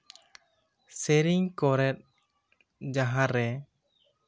ᱥᱮᱹᱨᱮᱹᱧ ᱠᱚᱨᱮᱫ ᱡᱟᱦᱟᱸ ᱨᱮ